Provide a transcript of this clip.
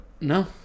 No